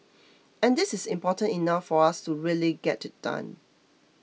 and this is important enough for us to really get it done